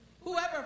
Whoever